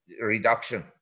reduction